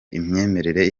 imyemerere